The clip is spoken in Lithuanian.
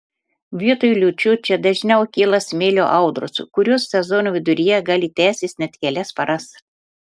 vietoj liūčių čia dažniau kyla smėlio audros kurios sezono viduryje gali tęstis net kelias paras